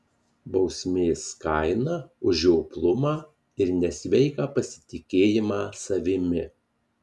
bausmės kaina už žioplumą ir nesveiką pasitikėjimą savimi